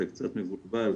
אתה קצת מבולבל,